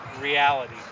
reality